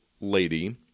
lady